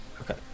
Okay